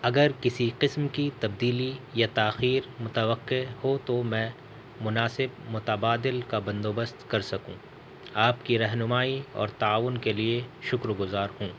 اگر کسی قسم کی تبدیلی یا تاخیر متوقع ہو تو میں مناسب متبادل کا بندوبست کر سکوں آپ کی رہنمائی اور تعاون کے لیے شکرگزار ہوں